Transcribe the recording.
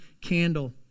candle